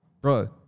Bro